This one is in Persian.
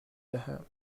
دهم